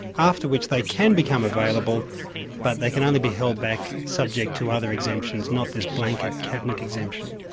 after which they can become available but they can only be held back subject to other exemptions, not this blanket cabinet exemption.